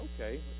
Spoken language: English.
okay